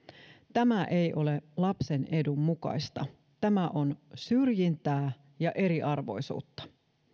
tämä ei ole lapsen edun mukaista tämä on syrjintää ja eriarvoisuutta